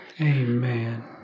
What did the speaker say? Amen